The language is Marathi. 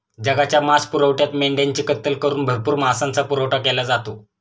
जगाच्या मांसपुरवठ्यात मेंढ्यांची कत्तल करून भरपूर मांसाचा पुरवठा केला जातो